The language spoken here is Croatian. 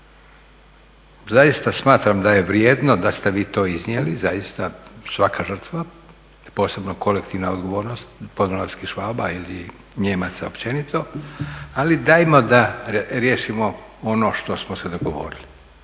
Zaista smatram da je vrijedno da ste vi to iznijeli, zaista svaka žrtva, posebno kolektivna odgovornost Podunavskih Švaba ili Nijemaca općenito, ali dajmo da riješimo ono što smo se dogovorili.